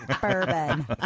Bourbon